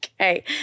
Okay